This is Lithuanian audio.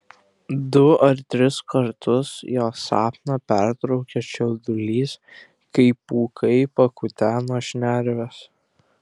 du ar tris kartus jo sapną pertraukia čiaudulys kai pūkai pakutena šnerves